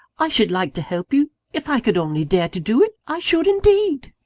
i should like to help you if i could only dare to do it, i should indeed!